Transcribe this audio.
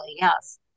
yes